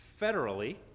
federally